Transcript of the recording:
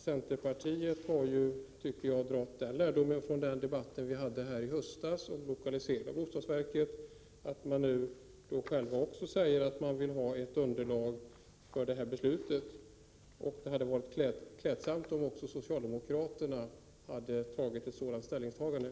Centerpartiet har, tycker jag, dragit lärdom av den debatt som vi hade i höstas om lokaliseringen av bostadsverket, så att man nu säger att man vill ha ett underlag för beslutet. Det hade varit klädsamt om också socialdemokraterna hade intagit den ståndpunkten.